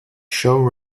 show